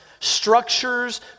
structures